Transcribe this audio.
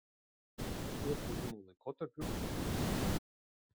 šiuo kūrimo laikotarpiu aš kūriau savaip